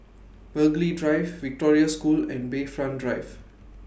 Burghley Drive Victoria School and Bayfront Drive